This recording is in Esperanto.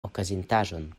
okazintaĵon